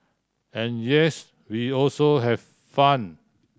and yes we also have fun